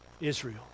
Israel